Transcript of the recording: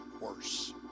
worse